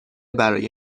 برای